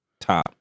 Top